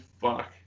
fuck